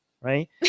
right